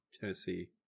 Tennessee